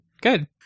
Good